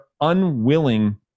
unwilling